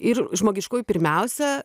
ir žmogiškųjų pirmiausia